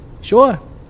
Sure